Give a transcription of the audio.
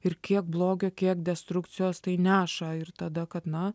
ir kiek blogio kiek destrukcijos tai neša ir tada kad na